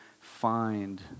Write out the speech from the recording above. find